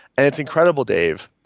and it's incredible, dave,